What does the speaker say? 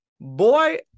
boy